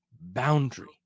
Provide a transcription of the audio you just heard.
boundary